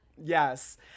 Yes